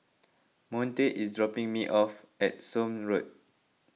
Monte is dropping me off at Somme Road